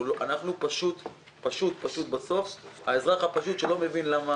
אנחנו בסוף האזרח הפשוט שלא מבין למה.